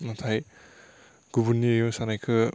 नाथाय गुबुननि मोसानायखौ